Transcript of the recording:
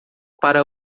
para